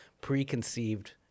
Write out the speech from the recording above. preconceived